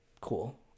cool